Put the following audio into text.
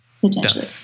Potentially